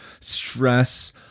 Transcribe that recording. stress